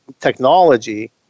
technology